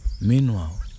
Meanwhile